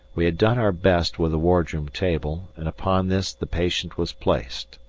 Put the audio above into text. we had done our best with the wardroom-table, and upon this the patient was placed.